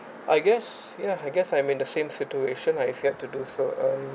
I guess ya I guess I'm in the same situation lah if I get to do so um